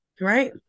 Right